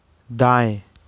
दाएँ